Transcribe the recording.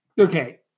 Okay